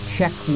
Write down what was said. Check